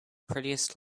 prettiest